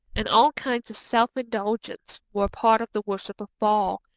and all kinds of self-indulgence were part of the worship of baal,